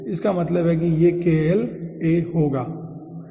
तो इसका मतलब है कि यह होगा ठीक है